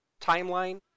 timeline